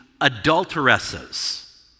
adulteresses